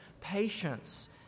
patience